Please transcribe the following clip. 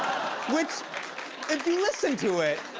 which if you listen to it,